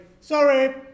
Sorry